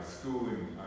schooling